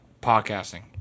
podcasting